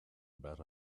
about